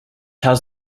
has